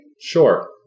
Sure